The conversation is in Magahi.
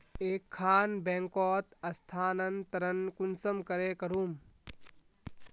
एक खान बैंकोत स्थानंतरण कुंसम करे करूम?